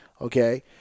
okay